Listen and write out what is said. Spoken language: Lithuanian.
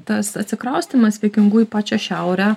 tas atsikraustymas vikingų į pačią šiaurę